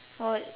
how would